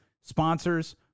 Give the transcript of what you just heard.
sponsors